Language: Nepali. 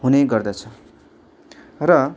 हुने गर्दछ र